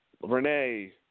Renee